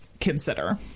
consider